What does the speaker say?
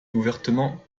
ouvertement